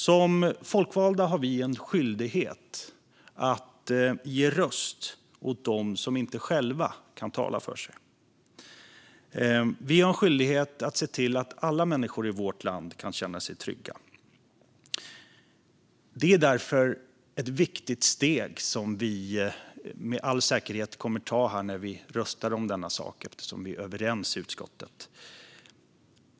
Som folkvalda har vi en skyldighet att ge röst åt dem som inte själva kan tala för sig. Vi har en skyldighet att se till att alla människor i vårt land kan känna sig trygga. Det är därför ett viktigt steg som vi med all säkerhet kommer att ta när vi röstar om denna sak eftersom vi är överens i utskottet.